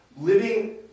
living